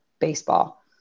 baseball